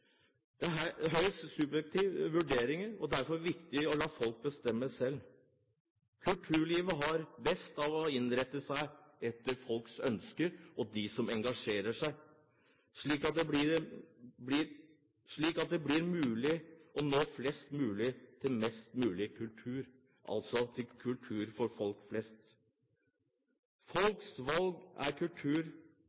høyst subjektive vurderinger. Derfor er det viktig å la folk bestemme selv. Det er best at kulturlivet innretter seg etter folks ønsker og etter dem som engasjerer seg, slik at det blir mulig å nå flest mulig med mest mulig kultur, altså kultur for folk